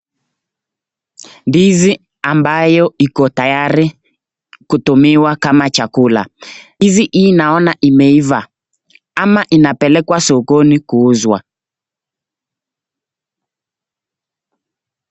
Ndizi ambayo iko tayari kutumiwa kama chakula, ndizi hii naona imeiva ama inapelekwa sokoni kuuzwa.